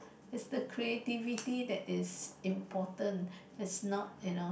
is the creativity that is important is not you know